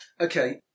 Okay